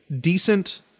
decent